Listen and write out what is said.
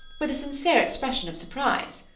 with a sincere expression of surprise.